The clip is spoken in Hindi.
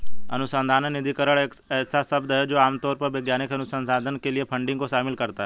अनुसंधान निधिकरण ऐसा शब्द है जो आम तौर पर वैज्ञानिक अनुसंधान के लिए फंडिंग को शामिल करता है